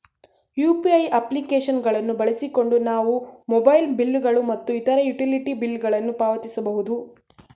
UPI application ಗಳನ್ನು ಬಳಸಿಕೊಂಡು ನಾವು ಮೊಬೈಲ್ ಬಿಲ್ ಗಳು ಮತ್ತು ಇತರ ಯುಟಿಲಿಟಿ ಬಿಲ್ ಗಳನ್ನು ಪಾವತಿಸಬಹುದು